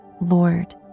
Lord